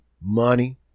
Money